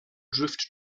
drift